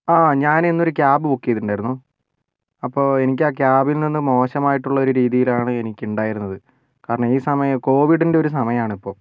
ആ ഞാൻ ഇന്നൊരു ക്യാബ് ബുക്ക് ചെയ്തിട്ടുണ്ടായിരുന്നു അപ്പോൾ എനിക്ക് ആ ക്യാബിൽ നിന്ന് മോശമായിട്ടുള്ള ഒരു രീതിയിലാണ് എനിക്ക് ഉണ്ടായിരുന്നത് കാരണം ഈ സമയം കോവിഡിന്റെ ഒരു സമയം ആണിപ്പം